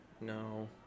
no